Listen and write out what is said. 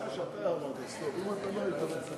אנחנו נזמין את יושב-ראש ועדת הכנסת